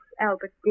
Albert